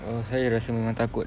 uh saya rasa memang takut